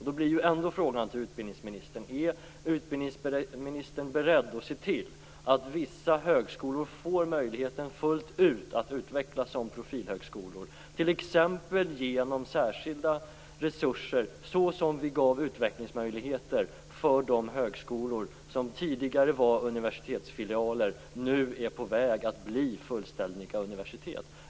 Då blir ändå frågan till utbildningsministern: Är utbildningsministern beredd att se till att vissa högskolor får möjlighet fullt ut att utvecklas som profilhögskolor, t.ex. genom särskilda resurser på samma sätt som vi gav utvecklingsmöjligheter för de högskolor som tidigare var universitetsfilialer och som nu är på väg att bli fullständiga universitet?